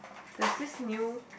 there's this new